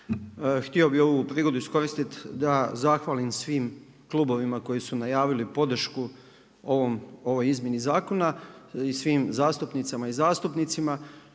Htio bih ovu prigodu iskoristiti da zahvalim svim klubovima koji su najavili podršku ovoj izmjeni zakona i svim zastupnicama i zastupnicima.